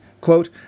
Quote